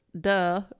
duh